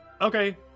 okay